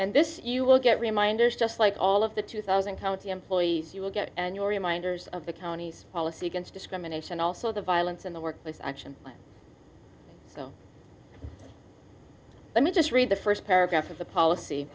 and this you will get reminders just like all of the two thousand county employees you will get and your reminders of the county's policy against discrimination also the violence in the workplace action so let me just read the first paragraph of the policy